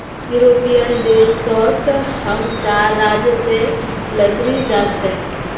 European देश सोत हम चार राज्य से लकड़ी जा छे